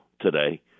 today